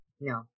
No